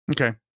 Okay